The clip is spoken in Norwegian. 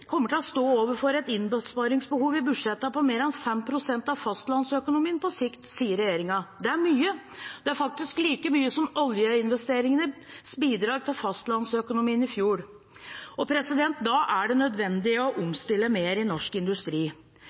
kommer på sikt til å stå overfor et innsparingsbehov i budsjettene på mer enn 5 pst. av fastlandsøkonomien, sier regjeringen. Det er mye, det er faktisk like mye som oljeinvesteringenes bidrag til fastlandsøkonomien i fjor. Da er det nødvendig å omstille mer i norsk industri.